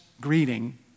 greeting